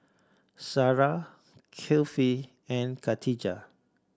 Sarah Kifli and Khatijah